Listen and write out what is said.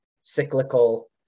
cyclical